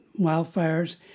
wildfires